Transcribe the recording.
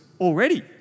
already